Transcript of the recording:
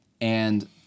and-